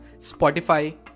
Spotify